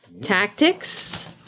Tactics